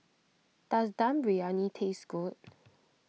does Dum Briyani taste good